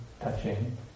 touching